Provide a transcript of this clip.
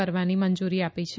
કરવાની મંજુરી આપી છે